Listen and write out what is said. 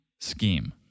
scheme